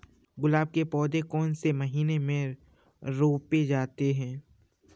गुलाब के पौधे कौन से महीने में रोपे जाते हैं?